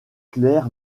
clair